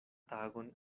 tagon